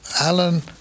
Alan